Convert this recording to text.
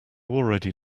already